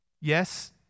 Yes